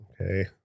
Okay